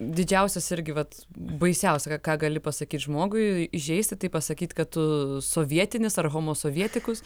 didžiausias irgi vat baisiausia ką gali pasakyt žmogui įžeisti tai pasakyt kad tu sovietinis ar homosovietikus